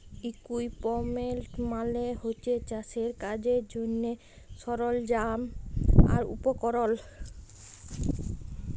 equipment মালে হছে চাষের কাজের জ্যনহে সরল্জাম আর উপকরল